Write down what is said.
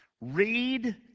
Read